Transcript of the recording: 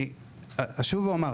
אני אשוב ואומר,